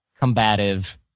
combative